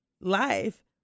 life